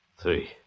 Three